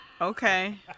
Okay